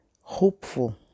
hopeful